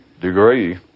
degree